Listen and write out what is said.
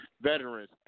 veterans